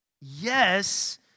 Yes